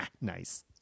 Nice